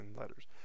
letters